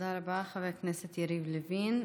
תודה רבה לחבר הכנסת יריב לוין.